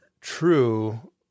true